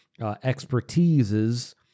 expertises